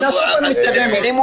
זה נתונים מופרכים.